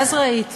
ואז ראיתי